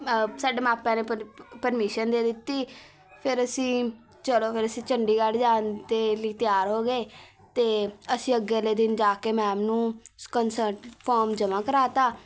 ਸਾਡੇ ਮਾਪਿਆਂ ਨੇ ਪਰ ਪਰਮੀਸ਼ਨ ਦੇ ਦਿੱਤੀ ਫਿਰ ਅਸੀਂ ਚਲੋ ਫਿਰ ਅਸੀਂ ਚੰਡੀਗੜ੍ਹ ਜਾਣ ਦੇ ਲਈ ਤਿਆਰ ਹੋ ਗਏ ਅਤੇ ਅਸੀਂ ਅਗਲੇ ਦਿਨ ਜਾ ਕੇ ਮੈਮ ਨੂੰ ਕੰਨਸਰਟ ਫੋਮ ਜਮ੍ਹਾਂ ਕਰਾ ਤਾ